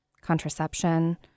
contraception